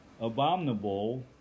abominable